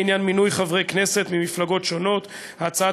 לעניין מינוי חברי כנסת ממפלגות שונות: ההצעה